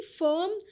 firm